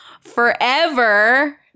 forever